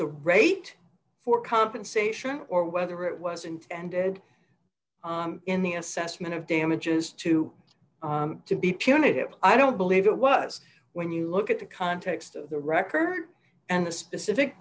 the rate for compensation or whether it was intended in the assessment of damages to to be punitive i don't believe it was when you look at the context of the record and the specific